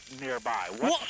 nearby